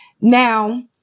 Now